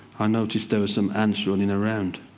i noticed there was some ants running around.